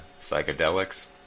psychedelics